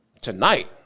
tonight